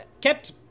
kept